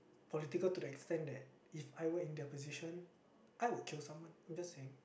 political to the extent that if I were in their position I would kill someone I'm just saying